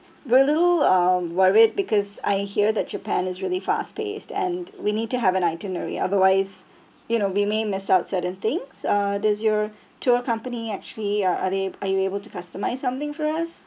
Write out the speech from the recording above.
we're little um worried because I hear that japan is really fast paced and we need to have an itinerary otherwise you know we may miss out certain things uh does your tour company actually uh are they are you able to customize something for us